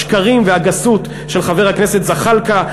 השקרים והגסות של חבר הכנסת זחאלקה,